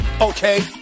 okay